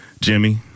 Jimmy